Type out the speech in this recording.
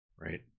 Right